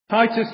Titus